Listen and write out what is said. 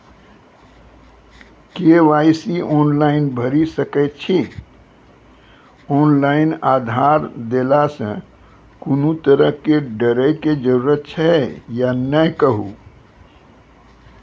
KYC online भैरि सकैत छी, ऑनलाइन आधार देलासॅ कुनू तरहक डरैक जरूरत छै या नै कहू?